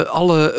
alle